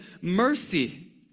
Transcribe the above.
mercy